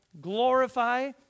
glorify